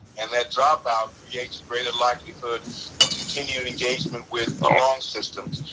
and that dropout creates greater likelihood of continued engagement with the wrong systems,